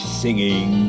singing